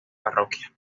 parroquia